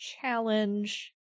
challenge